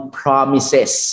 promises